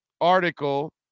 article